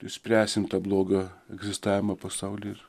išspręsim tą blogio egzistavimą pasauly ir